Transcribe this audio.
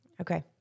okay